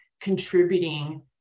contributing